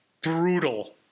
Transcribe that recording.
brutal